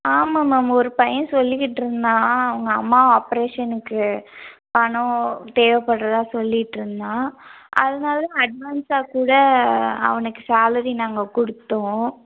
ஆமாம் மேம் ஒரு பையன் சொல்லிக்கிட்டு இருந்தான் அவங்க அம்மா ஆப்ரேஷனுக்கு பணம் தேவைப்பட்றதா சொல்லிக்கிட்டு இருந்தான் அதனால அட்வான்ஸாக்கூட அவனுக்கு சாலரி நாங்கள் கொடுத்தோம்